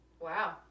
Wow